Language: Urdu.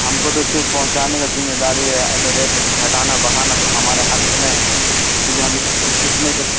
ہم کو تو صرف پہنچانے کا ذمہ داری ہے تو ریٹ گھٹانا بڑھانا تو ہمارے ہاتھ میں نہیں ہے اسی لیے ہم اس کچھ نہیں کر